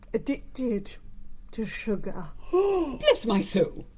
addicted to sugar! bless my soul,